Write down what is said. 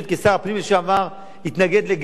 לגמרי והיה בעד לבטל את כל חוק השבות.